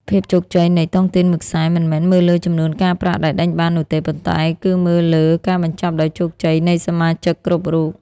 ភាពជោគជ័យនៃតុងទីនមួយខ្សែ មិនមែនមើលលើចំនួនការប្រាក់ដែលដេញបាននោះទេ ប៉ុន្តែគឺមើលលើ "ការបញ្ចប់ដោយជោគជ័យ" នៃសមាជិកគ្រប់រូប។